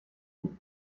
would